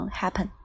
,happen